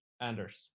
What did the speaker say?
Anders